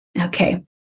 Okay